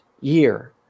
year